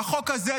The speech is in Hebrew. בחוק הזה,